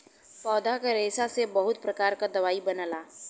पौधा क रेशा से बहुत प्रकार क दवाई बनला